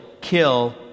kill